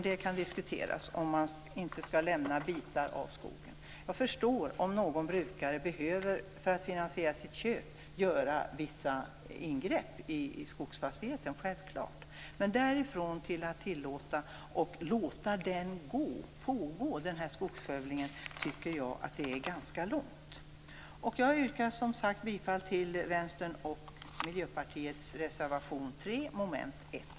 Det kan diskuteras om man inte skall lämna kvar bitar av skogen. Jag förstår om någon brukare för att finansiera sitt köp behöver göra vissa ingrepp i skogsfastigheten. Det är självklart. Men därifrån till att tillåta skogsskövling tycker jag att det är ganska långt. Jag yrkar bifall till Vänsterpartiets och Miljöpartiets reservation 3 under mom. 1.